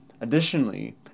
Additionally